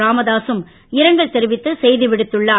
Ramada சும் இரங்கல் தெரிவித்து செய்தி விடுத்துள்ளார்